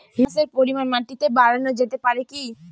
হিউমাসের পরিমান মাটিতে বারানো যেতে পারে কি?